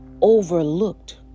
overlooked